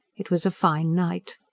it was a fine night.